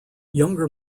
younger